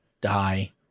die